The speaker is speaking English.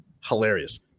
hilarious